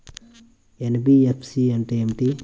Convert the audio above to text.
NBFC అంటే ఏమిటి?